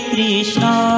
Krishna